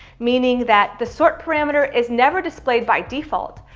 meaning that the sort parameter is never displayed by default.